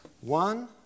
One